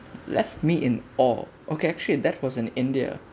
left me in awe okay actually that was in india